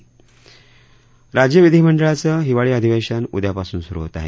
महाराष्ट्र राज्य विधीमंडळाचं हिवाळी अधिवेशन उद्यापासून सुरु होत आहे